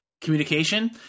communication